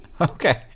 okay